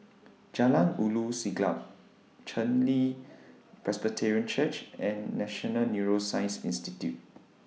Jalan Ulu Siglap Chen Li Presbyterian Church and National Neuroscience Institute